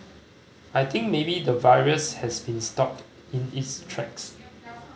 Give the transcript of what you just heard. i think maybe the virus has been stopped in its tracks